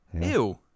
Ew